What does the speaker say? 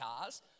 cars